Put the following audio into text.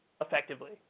effectively